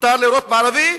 מותר לירות בערבי